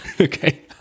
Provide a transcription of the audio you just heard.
okay